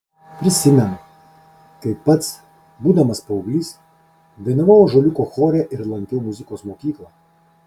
prisimenu kaip pats būdamas paauglys dainavau ąžuoliuko chore ir lankiau muzikos mokyklą